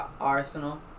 Arsenal